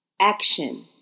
action